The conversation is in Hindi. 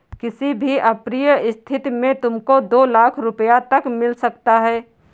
किसी भी अप्रिय स्थिति में तुमको दो लाख़ रूपया तक मिल सकता है